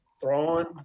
throwing